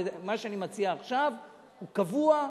ומה שאני מציע עכשיו הוא קבוע,